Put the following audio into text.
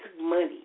money